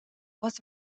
was